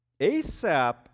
ASAP